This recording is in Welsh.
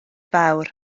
fawr